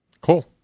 Cool